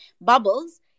bubbles